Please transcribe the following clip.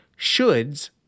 shoulds